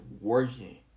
working